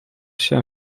się